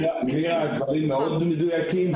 הדברים מאוד מדויקים,